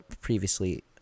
previously